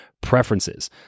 preferences